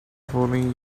following